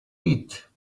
eat